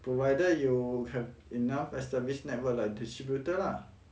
provided you have enough established network like distributor lah